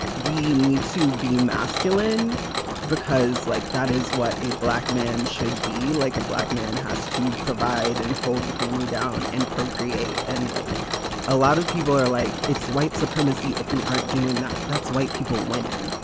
we need to be masculine because like that is what a black man should be. like, a black man has to provide and hold the family down and procreate. and like a lot of people are like, it's white supremacy if we aren't doing that that's white people winning.